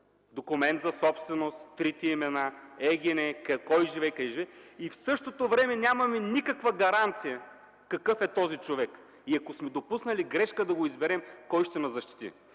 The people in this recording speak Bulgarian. документ за собственост, трите имена, ЕГН, кой живее, къде живее, и в същото време нямаме никаква гаранция какъв е този човек. Ако сме допуснали грешка да го изберем, кой ще ни защити?